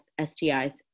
STIs